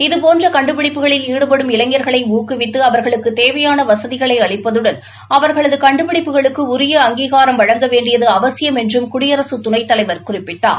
இதபோன்ற கண்டுபிடிப்புகளில் ஈடுபடும் இளைஞர்களை ஊக்குவித்து அவர்களுக்குத் தேவையான வசதிகளை அளிப்பதுடன் அவர்களது கண்டுபிடிப்புகளுக்கு உரிய அங்கீகாரம் வழங்க வேண்டியது அவசியம் என்றும் குடியரசு துணைத் தலைவர் குறிப்பிட்டார்